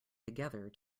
together